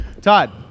Todd